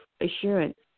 assurance